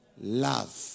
Love